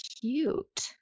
cute